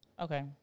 Okay